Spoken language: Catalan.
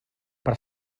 per